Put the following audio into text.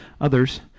others